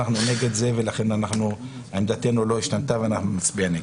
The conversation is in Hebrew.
אנחנו נגד זה ולכן עמדתנו לא השתנתה ואנחנו נצביע נגד.